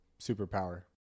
superpower